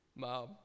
mom